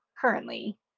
currently